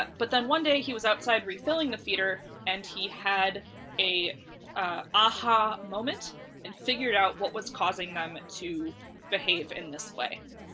but but then one day he was outside refilling the feeder and he had an aha moment and figured out what was causing them to behave in this way.